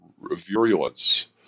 virulence